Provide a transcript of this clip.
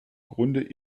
grunde